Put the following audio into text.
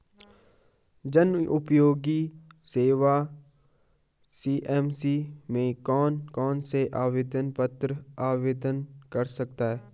जनउपयोगी सेवा सी.एस.सी में कौन कौनसे आवेदन पत्र आवेदन कर सकते हैं?